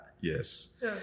Yes